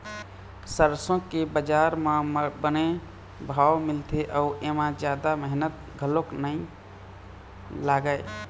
सरसो के बजार म बने भाव मिलथे अउ एमा जादा मेहनत घलोक नइ लागय